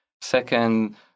Second